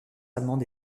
allemande